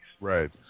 Right